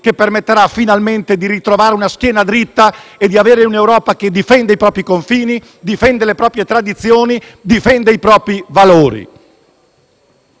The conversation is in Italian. che permetterà finalmente di ritrovare una schiena dritta e di avere un'Europa che difende i propri confini, le proprie tradizioni, i propri valori.